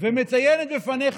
והיא מציינת בפניך,